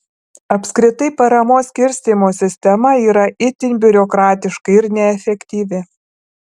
apskritai paramos skirstymo sistema yra itin biurokratiška ir neefektyvi